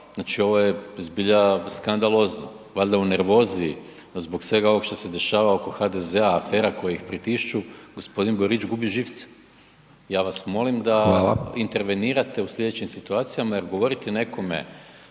znači ovo je zbilja skandalozno, valjda u nervozi zbog svega ovog što se dešava oko HDZ-a, afera koje ih pritišću gospodin Borić gubi živce. Ja vas molim …/Upadica: Hvala./… da intervenirate u slijedećim situacijama jer govoriti nekome